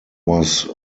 was